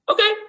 Okay